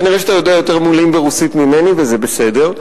כנראה אתה יודע יותר מלים ברוסית ממני, וזה בסדר.